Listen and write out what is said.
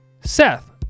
Seth